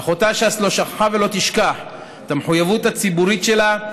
אך אותה ש"ס לא שכחה ולא תשכח את המחויבות הציבורית שלה,